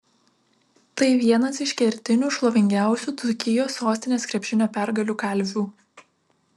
tai vienas iš kertinių šlovingiausių dzūkijos sostinės krepšinio pergalių kalvių